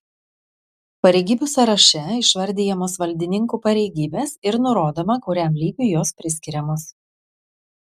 pareigybių sąraše išvardijamos valdininkų pareigybės ir nurodoma kuriam lygiui jos priskiriamos